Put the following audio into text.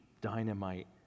dynamite